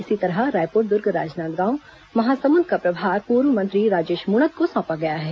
इसी तरह रायपुर दुर्ग राजनांदगांव महासमुद का प्रभार पूर्व मंत्री राजेश मूणत को सौंपा गया है